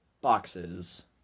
Boxes